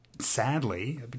Sadly